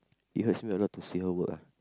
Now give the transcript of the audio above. it hurts me a lot to see her work ah